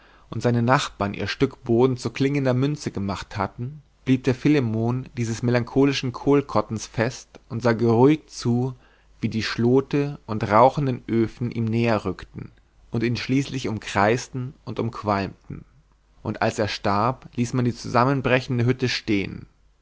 und seine nachbarn ihr stück boden zu klingender münze gemacht hatten blieb der philemon dieses melancholischen kohlkottens fest und sah geruhig zu wie die schlote und rauchenden öfen ihm näher rückten und ihn schließlich umkreisten und umqualmten und als er starb ließ man die zusammenbrechende hütte stehen